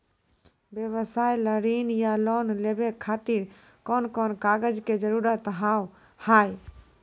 व्यवसाय ला ऋण या लोन लेवे खातिर कौन कौन कागज के जरूरत हाव हाय?